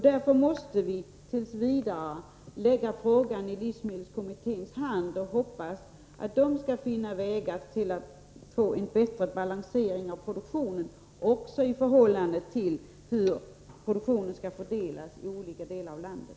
Därför måste vi t. v. lägga frågan i livsmedelskommitténs hand och hoppas, att kommittén skall finna vägar för att få en bättre balansering till stånd också när det gäller hur produktionen skall fördelas över landet.